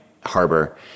Harbor